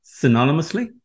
synonymously